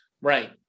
Right